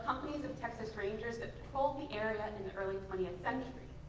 companies of texas rangers that patrolled the area and in the early twentieth century.